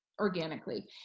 organically